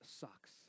sucks